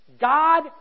God